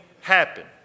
happen